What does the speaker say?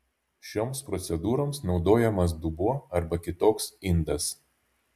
šioms procedūroms naudojamas dubuo arba kitoks indas